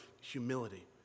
humility